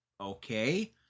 Okay